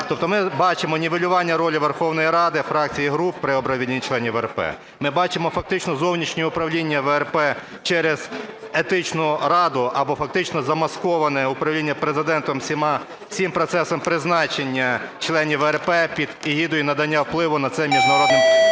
Тобто ми бачимо нівелювання ролі Верховної Ради, фракцій і груп при обранні членів ВРП. Ми бачимо фактично зовнішнє управління ВРП через Етичну раду, або фактично замасковане управління Президентом цим процесом призначення членів ВРП під егідою надання впливу на це міжнародним